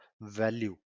value